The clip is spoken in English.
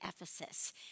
Ephesus